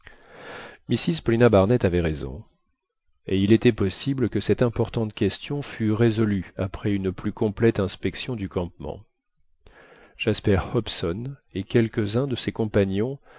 mrs paulina barnett avait raison et il était possible que cette importante question fût résolue après une plus complète inspection du campement jasper hobson et quelques-uns de ses compagnons